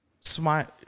Smile